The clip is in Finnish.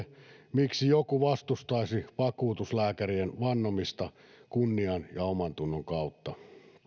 miksi joku vastustaisi vakuutuslääkärien vannomista kunnian ja omantunnon kautta